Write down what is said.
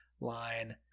line